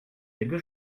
quelque